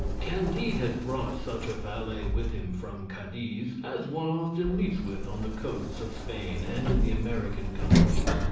candide had brought such a valet with him from cadiz, as one often meets with on the coasts of spain and in the american colonies.